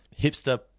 hipster